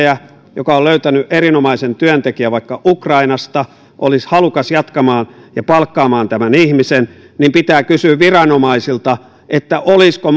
on yrittäjä joka on löytänyt erinomaisen työntekijän vaikka ukrainasta olisi halukas jatkamaan ja palkkaamaan tämän ihmisen niin pitää kysyä viranomaisilta olisiko